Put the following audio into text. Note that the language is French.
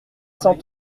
cent